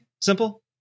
simple